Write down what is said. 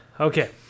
Okay